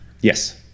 Yes